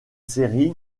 série